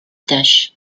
tâches